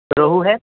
روہو ہے